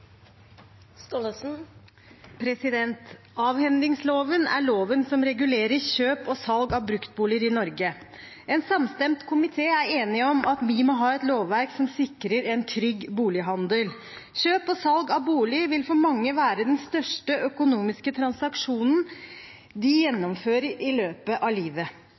enig om at vi må ha et lovverk som sikrer en trygg bolighandel. Kjøp og salg av bolig vil for mange være den største økonomiske transaksjonen de gjennomfører i løpet av livet.